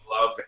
love